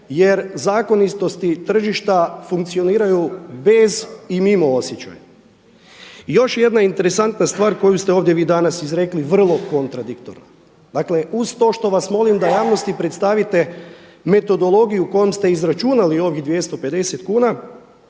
Jer zakonitosti tržišta funkcioniraju bez i mimo osjećaja. I još je jedna interesantna stvar koju ste ovdje vi danas izrekli vrlo kontradiktorno. Dakle, uz to što vas molim da javnosti predstavite metodologiju kojom ste izračunali ovih 250 kuna